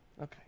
Okay